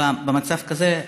בדיון במצב כזה.